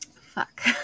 fuck